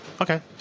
Okay